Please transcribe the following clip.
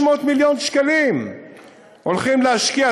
600 מיליון שקלים הולכים להשקיע.